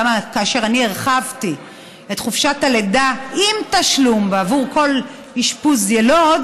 גם כאשר אני הרחבתי את חופשת הלידה עם תשלום בעבור כל אשפוז יילוד,